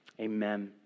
Amen